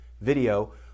video